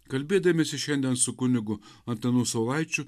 kalbėdamiesi šiandien su kunigu antanu saulaičiu